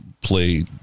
play